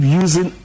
using